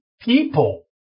people